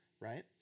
right